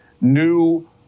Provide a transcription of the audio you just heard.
new